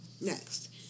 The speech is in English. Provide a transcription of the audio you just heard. next